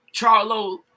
Charlo